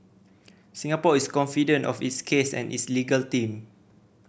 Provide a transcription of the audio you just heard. Singapore is confident of its case and its legal team